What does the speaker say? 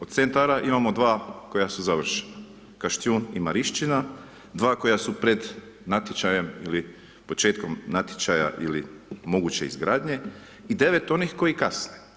Od centara imamo 2 koja su završena, Kašijun i Marišćina, 2 koja su pred natječajem ili početkom natječaja ili moguće izgradnje i 9 onih koji kasne.